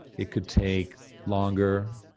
it could take longer,